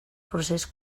procés